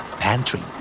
Pantry